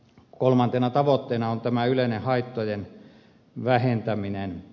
kolmantena tavoitteena on tämä yleinen haittojen vähentäminen